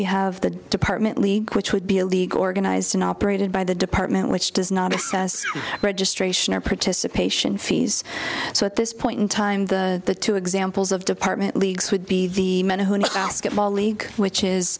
we have the department league which would be a league organized and operated by the department which does not assess registration or participation fees so at this point in time the two examples of department leagues would be the men who get molly which is